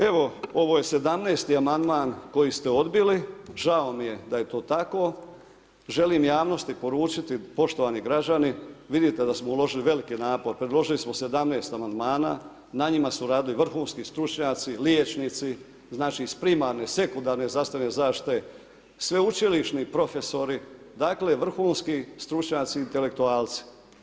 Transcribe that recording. Evo, ovo je 17. amandman koji ste odbili, žao mi je da je to tako, želim javnosti poručiti poštovani građani, vidite da smo uložili veliki napor, predložili smo 17. amandmana, na njima su radili vrhunski stručnjaci liječnici, znači iz primarne, sekundarne zdravstvene zaštite, sveučilišni profesori, dakle, vrhunski stručnjaci i intelektualci.